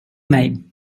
mig